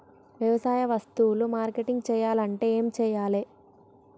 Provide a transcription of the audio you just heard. వ్యవసాయ వస్తువులు మార్కెటింగ్ చెయ్యాలంటే ఏం చెయ్యాలే?